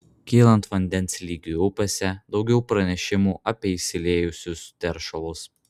kylant vandens lygiui upėse daugiau pranešimų apie išsiliejusius teršalus